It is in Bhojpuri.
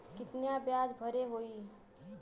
कितना ब्याज भरे के होई?